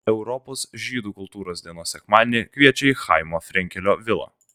europos žydų kultūros dienos sekmadienį kviečia į chaimo frenkelio vilą